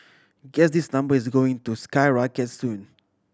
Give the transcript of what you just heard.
guess this number is going to skyrocket soon